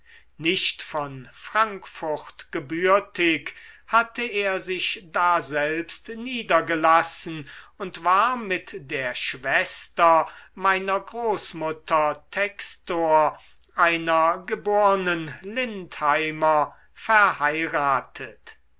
nicht von frankfurt gebürtig hatte er sich daselbst niedergelassen und war mit der schwester meiner großmutter textor einer gebornen lindheimer verheiratet